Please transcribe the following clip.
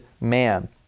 man